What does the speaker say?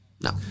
No